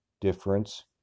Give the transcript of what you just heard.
difference